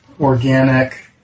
organic